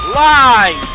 live